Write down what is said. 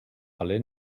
alle